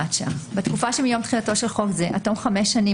1. בתקופה שמיום תחילתו של חוק זה עד תום 5 שנים